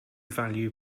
value